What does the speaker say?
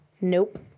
Nope